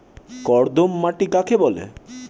কর্দম মাটি কাকে বলে?